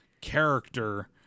character